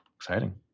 exciting